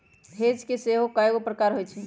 hedge के सेहो कएगो प्रकार होइ छै